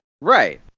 Right